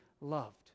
loved